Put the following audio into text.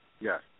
Yes